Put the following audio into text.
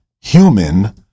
human